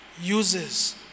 uses